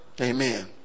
Amen